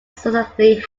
successfully